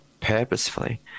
purposefully